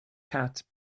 cat